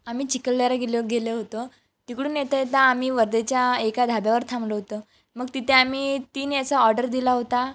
आम्ही चिखलदऱ्याला गेलो गेलो होतो तिकडून येता येता आम्ही वर्धाच्या एका धाब्यावर थांबलो होतो मग तिथे आम्ही तीन याचा ऑर्डर दिला होता